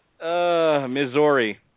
Missouri